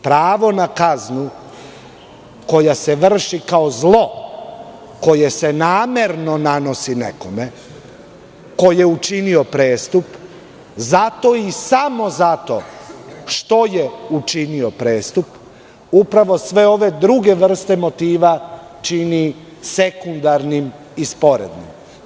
Pravo na kaznu, koje se vrši kao zlo, koje se namerno nekome nanosi, ko je učinio prestup, zato i samo zato što je učinio prestup, upravo sve ove druge vrste motiva čini sekundarnim i sporednim.